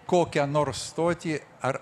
kokią nors stotį ar